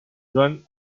joan